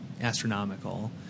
astronomical